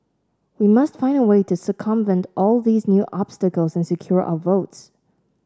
we must find a way to circumvent all these new obstacles and secure our votes